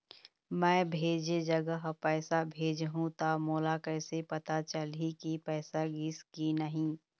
मैं भेजे जगह पैसा भेजहूं त मोला कैसे पता चलही की पैसा गिस कि नहीं?